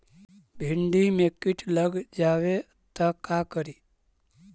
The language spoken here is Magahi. भिन्डी मे किट लग जाबे त का करि?